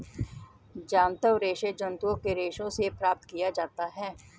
जांतव रेशे जंतुओं के रेशों से प्राप्त किया जाता है